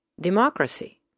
democracy